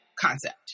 concept